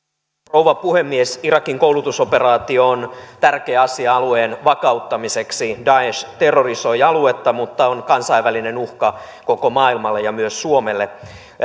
rouva puhemies irakin koulutusoperaatio on tärkeä asia alueen vakauttamiseksi daesh terrorisoi aluetta mutta on kansainvälinen uhka koko maailmalle ja myös suomelle